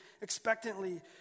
expectantly